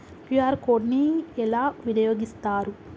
QR code ని ఎలా వినియోగిస్తారు?